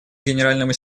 генеральному